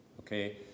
Okay